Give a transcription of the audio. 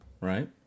Right